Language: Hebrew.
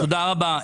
תודה רבה.